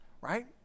right